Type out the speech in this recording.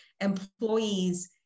employees